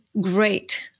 great